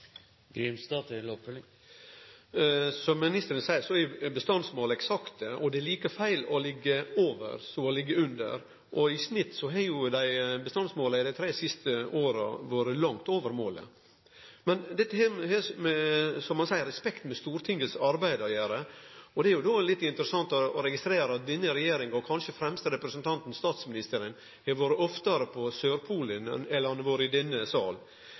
Som ministeren seier, er bestandsmåla eksakte. Det er like feil å liggje over som å liggje under. I snitt har jo bestandsmåla dei tre siste åra vore langt over målet. Men dette har, som han seier, med respekt for Stortingets arbeid å gjere, og det er jo då litt interessant å registrere at denne regjeringas kanskje fremste representant, statsministeren, har vore oftare på Sørpolen enn han har vore i denne